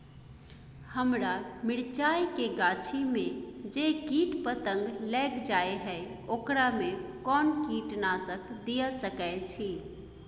हमरा मिर्चाय के गाछी में जे कीट पतंग लैग जाय है ओकरा में कोन कीटनासक दिय सकै छी?